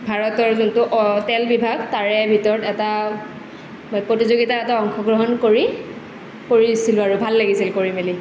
ভাৰতৰ যোনটো অইল তেল বিভাগ তাৰে ভিতৰত এটা প্ৰতিযোগিতা এটা অংশগ্ৰহণ কৰি কৰিছিলোঁ আৰু ভাল লাগিছিল কৰি মেলি